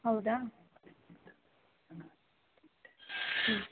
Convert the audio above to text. ಹೌದಾ